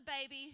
baby